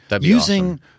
using